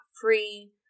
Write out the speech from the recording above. free